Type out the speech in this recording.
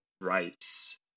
rights